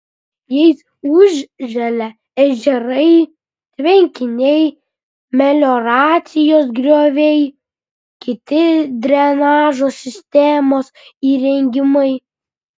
jais užželia ežerai tvenkiniai melioracijos grioviai kiti drenažo sistemos įrengimai